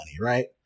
Right